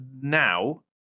now